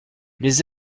les